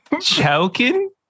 Choking